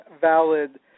valid